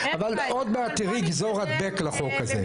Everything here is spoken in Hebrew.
אבל עוד מעט תראי גזור-הדבק לחוק הזה.